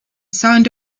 signed